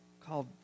called